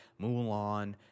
Mulan